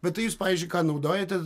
bet tai jūs pavyzdžiui ką naudojate